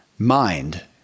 mind